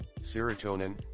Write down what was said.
serotonin